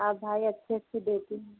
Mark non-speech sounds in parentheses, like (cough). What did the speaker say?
आप भाई अच्छे से (unintelligible)